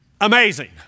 amazing